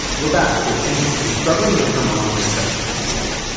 we're back with hamma, who's struggling to get her mom to accept that she's gay.